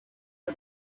for